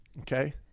okay